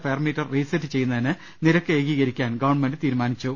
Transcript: fair meter reset ചെയ്യുന്നതിന് നിരക്ക് ഏകീകരിക്കാൻ ഗവൺമെന്റ് തീരുമാനിച്ചു